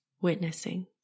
witnessing